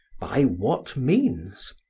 by what means?